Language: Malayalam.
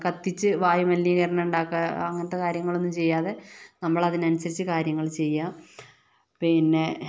കത്തിച്ച് വായുമലിനീകരണം ഉണ്ടാക്കാൻ അങ്ങനത്തെ കാര്യങ്ങളൊന്നും ചെയ്യാതെ നമ്മളതിനനുസരിച്ച് കാര്യങ്ങള് ചെയ്യുക പിന്നെ